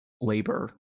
labor